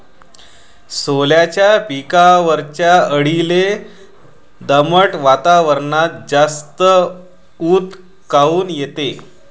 सोल्याच्या पिकावरच्या अळीले दमट वातावरनात जास्त ऊत काऊन येते?